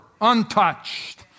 untouched